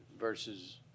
versus